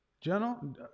General